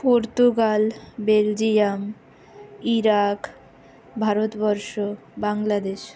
Portugal Belgium Iraq Bharatvarsha Bangladesh